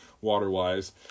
water-wise